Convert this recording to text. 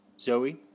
Zoe